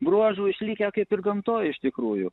bruožų išlikę kaip ir gamtoj iš tikrųjų